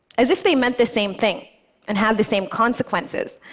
as if they meant the same thing and had the same consequences.